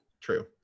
true